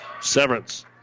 Severance